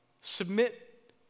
submit